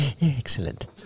Excellent